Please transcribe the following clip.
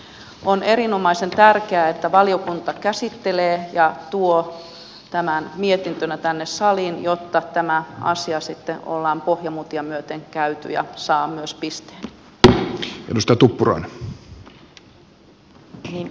on erinomaisen tärkeää että valiokunta käsittelee ja tuo tämän mietintönä tänne saliin jotta tämä asia sitten ollaan pohjamutia myöten käyty ja saa myös pisteen